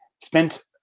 spent